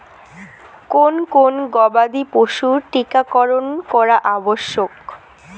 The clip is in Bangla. কোন কোন গবাদি পশুর টীকা করন করা আবশ্যক?